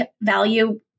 value